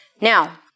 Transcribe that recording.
Now